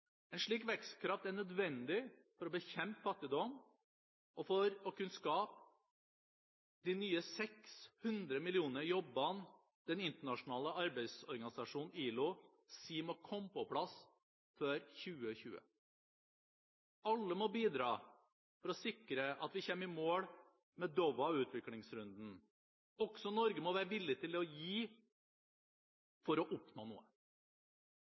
En slik vekstkraft er nødvendig for å bekjempe fattigdom og for å kunne skape de nye 600 millioner jobbene den internasjonale arbeidsorganisasjonen ILO sier må komme på plass før 2020. Alle må bidra for å sikre at vi kommer i mål med Doha-utviklingsrunden. Også Norge må være villig til å gi for å oppnå noe.